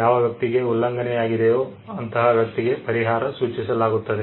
ಯಾವ ವ್ಯಕ್ತಿಗೆ ಉಲ್ಲಂಘನೆಯಾಗಿದೆಯೋ ಅಂತಹ ವ್ಯಕ್ತಿಗೆ ಪರಿಹಾರ ಸೂಚಿಸಲಾಗುತ್ತದೆ